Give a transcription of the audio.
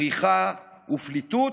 בריחה ופליטות,